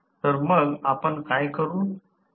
तर मग आपण काय करू